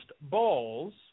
balls